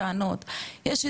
יש עברית אין אנגלית,